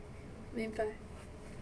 明白